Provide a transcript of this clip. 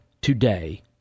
today